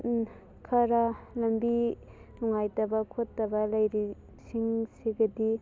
ꯈꯔ ꯂꯝꯕꯤ ꯅꯨꯡꯉꯥꯏꯇꯕ ꯈꯣꯠꯇꯕ ꯂꯩꯔꯤꯁꯤꯡ ꯁꯤꯒꯗꯤ